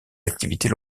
activités